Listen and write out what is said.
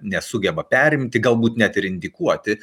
nesugeba perimti galbūt net ir indikuoti